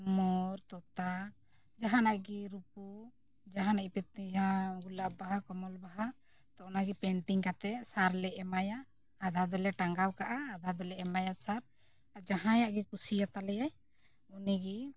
ᱢᱳᱨ ᱛᱚᱛᱟ ᱡᱟᱦᱟᱱᱟᱜ ᱜᱮ ᱨᱩᱯᱩ ᱡᱟᱦᱟᱱᱟᱜ ᱜᱮᱯᱮ ᱡᱟᱦᱟᱸ ᱜᱩᱞᱟᱯ ᱵᱟᱦᱟ ᱠᱚᱢᱚᱞ ᱵᱟᱦᱟ ᱛᱚ ᱚᱱᱟᱜᱮ ᱯᱮᱱᱴᱤᱝ ᱠᱟᱛᱮ ᱥᱟᱨ ᱞᱮ ᱮᱢᱟᱭᱟ ᱟᱫᱷᱟ ᱫᱚᱞᱮ ᱴᱟᱜᱟᱣ ᱠᱟᱜᱼᱟ ᱟᱫᱷᱟ ᱫᱚᱞᱮ ᱮᱢᱟᱭᱟ ᱥᱟᱨ ᱡᱟᱦᱟᱸᱭᱟᱜ ᱜᱮ ᱠᱩᱥᱤᱭᱟᱛᱟᱞᱮᱭᱟᱭ ᱩᱱᱤᱜᱮ